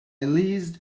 leased